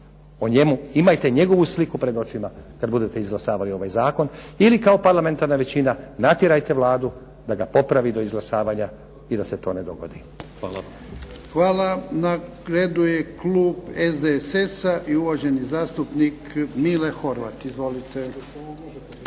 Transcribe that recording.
djecu. Imajte njegovu sliku pred očima kada budete izglasavali ovaj Zakon ili kao parlamentarna većina natjerajte Vladu da ga popravi do izglasavanja i da se to ne dogodi. Hvala. **Jarnjak, Ivan (HDZ)** Hvala. Na redu je Klub SDSS-a i uvaženi zastupnik Mile Horvat. Izvolite.